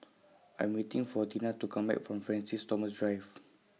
I'm waiting For Tina to Come Back from Francis Thomas Drive